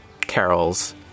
carols